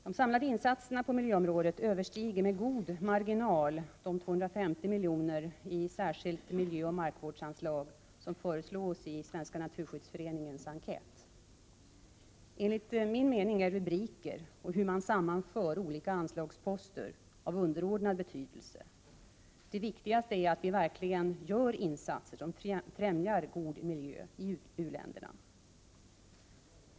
De samlade insatserna på miljöområdet överstiger med mycket god marginal de 250 milj.kr. i särskilt miljöoch markvårdsanslag som föreslås i Svenska naturskyddsföreningens enkät. Enligt min mening är rubriker och hur man sammanför olika anslagsposter av underordnad betydelse. Det viktigaste är att vi verkligen gör insatser som främjar god miljö i u-länderna.